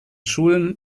schulen